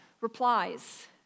replies